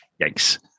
yikes